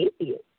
atheist